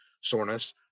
soreness